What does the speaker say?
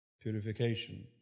purification